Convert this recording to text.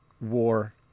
war